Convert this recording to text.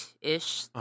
ish